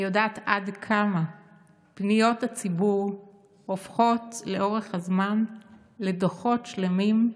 אני יודעת עד כמה פניות הציבור הופכות לאורך הזמן לדוחות שלמים,